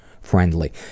friendly